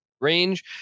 range